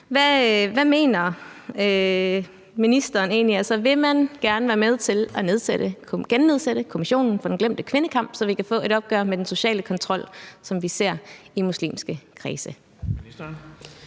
Hvad mener ministeren egentlig? Vil man gerne være med til at gennedsætte Kommissionen for den glemte kvindekamp, så vi kan få et opgør med den sociale kontrol, som vi ser i muslimske kredse?